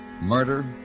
Murder